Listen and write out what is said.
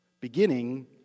beginning